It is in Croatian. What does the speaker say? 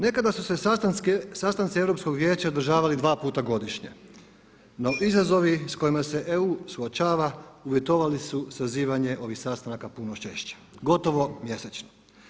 Nekada su se sastanci Europskog vijeća održavali dva puta godišnje, no izazovi s kojima se EU suočava uvjetovali su sazivanje ovih sastanaka puno češće, gotovo mjesečno.